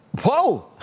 Whoa